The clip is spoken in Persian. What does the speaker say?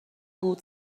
بود